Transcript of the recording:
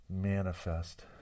manifest